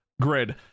grid